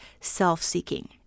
self-seeking